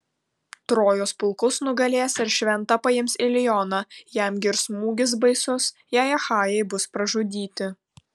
trojos pulkus nugalės ir šventą paims ilioną jam gi ir smūgis baisus jei achajai bus pražudyti